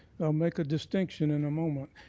i'll make a distinction in a moment.